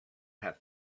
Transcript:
have